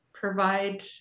provide